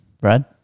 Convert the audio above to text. Brad